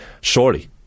surely